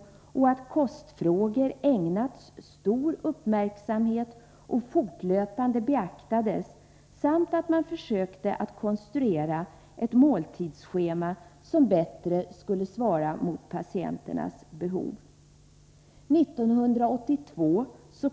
Man sade att kostfrågor hade ägnats stor uppmärksamhet och att de fortlöpande beaktades. Dessutom försökte man konstruera ett måltidsschema, som bättre skulle svara mot patienternas behov. 1982